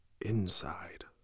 inside